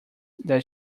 that